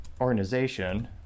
organization